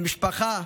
למשפחה,